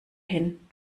hin